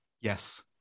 yes